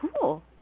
cool